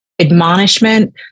admonishment